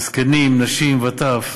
בזקנים, נשים וטף,